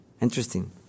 Interesting